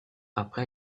après